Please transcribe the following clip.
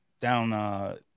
down –